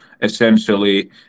essentially